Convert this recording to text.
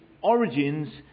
origins